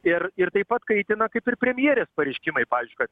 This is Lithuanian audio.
ir ir taip pat kaitina kaip ir premjerės pareiškimai pavyzdžiui kad